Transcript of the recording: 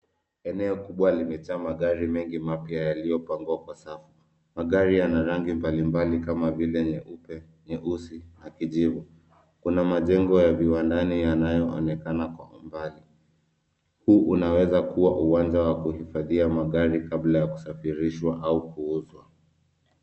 Eneo kubwa limejaa magari mengi mapya yaliyopangwa kwa safu. Magari yana rangi mbalimbali kama vile nyeupe, nyeusi na kijivu. Kuna majengo ya viwandani yanayoonekana kwa umbali. Huu unaweza kuwa uwanja wa kuhifadhia magari kabla ya kusafirishwa au kuuzwa.